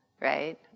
Right